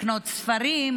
לקנות ספרים,